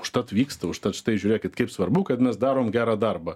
užtat vyksta užtat štai žiūrėkit kaip svarbu kad mes darom gerą darbą